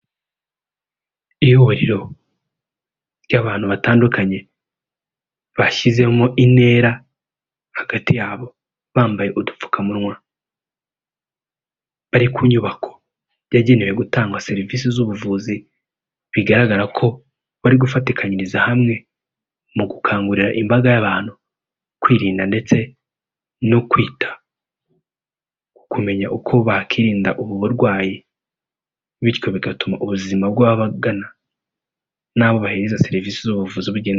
Ihuriro ry'abantu batandukanye bashyizemo intera hagati yabo bambaye udupfukamunwa, bari ku nyubako yagenewe gutanga serivisi z'ubuvuzi bigaragara ko bari gufatikanyiriza hamwe mu gukangurira imbaga y'abantu kwirinda ndetse no kwita ku kumenya uko bakirinda ubu burwayi bityo bigatuma ubuzima bw'bagana n'abo baheriza serivisi z'ubuvuzi.